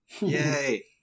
Yay